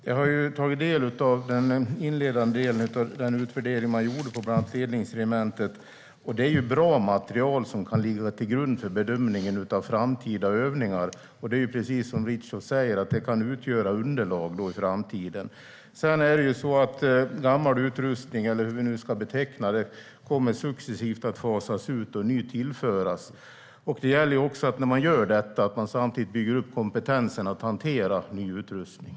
Fru talman! Jag har tagit del av den inledande delen av utvärderingen som gjorts på bland annat Ledningsregementet. Det är bra material som kan ligga till grund för bedömningen av framtida övningar. Det kan, precis som Richtoff säger, utgöra underlag i framtiden. Gammal utrustning - eller hur vi nu ska beteckna den - kommer successivt att fasas ut, och ny kommer att tillföras. När man gör det gäller det att samtidigt bygga upp kompetensen att hantera ny utrustning.